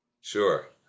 Sure